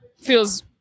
feels